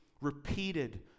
repeated